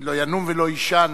לא ינום ולא יישן